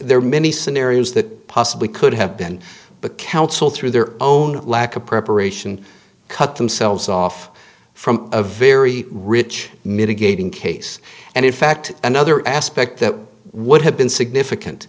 there many scenarios that possibly could have been but counsel through their own lack of preparation cut themselves off from a very rich mitigating case and in fact another aspect that would have been significant